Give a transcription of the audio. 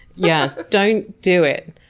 yeah. don't do it.